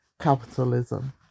capitalism